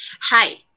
Hi